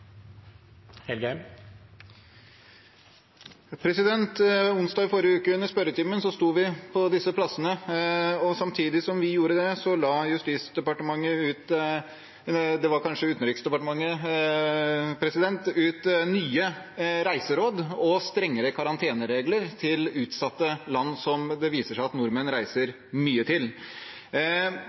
Onsdag i forrige uke under spørretimen stod vi på disse plassene. Samtidig som vi gjorde det, la Utenriksdepartementet ut nye reiseråd og strengere karanteneregler til utsatte land som det viser seg at nordmenn reiser mye til.